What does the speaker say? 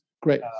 Great